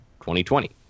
2020